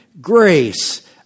grace